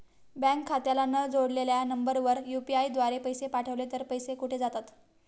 Bank खात्याला न जोडलेल्या नंबरवर यु.पी.आय द्वारे पैसे पाठवले तर ते पैसे कुठे जातात?